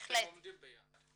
אבל אתם עומדים ביעד?